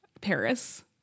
Paris